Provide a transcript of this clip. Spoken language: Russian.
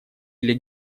или